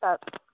सब